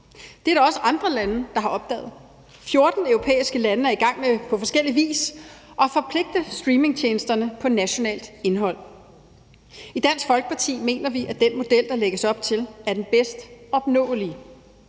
Det er der også andre lande, der har opdaget. 14 europæiske lande er i gang med på forskellig vis at forpligte streamingtjenesterne på produktion af nationalt indhold. I Dansk Folkeparti mener vi, at den model, der lægges op til, er den bedst opnåelige.